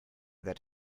that